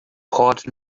port